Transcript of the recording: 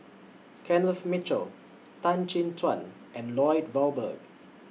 Kenneth Mitchell Tan Chin Tuan and Lloyd Valberg